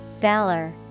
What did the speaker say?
Valor